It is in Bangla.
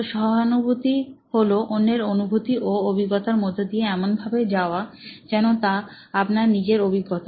তো সহানুভূতি হলো অন্যের অনুভূতি ও অভিজ্ঞতার মধ্য দিয়ে এমনভাবে যাওয়া যেন তা আপনার নিজের অভিজ্ঞতা